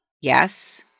Yes